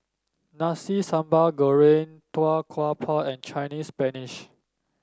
Nasi Sambal Goreng Tau Kwa Pau and Chinese Spinach